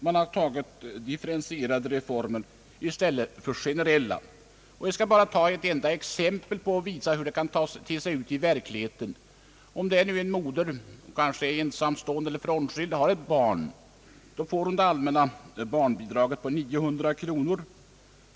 Man ' har föredragit differentierade reformer framför generella åtgärder. Låt mig bara ta ett exempel för att visa hur det kan te sig i verkligheten. En ensamstående, kanske frånskild mor med ett barn får det allmänna barnbidraget på 900 kronor.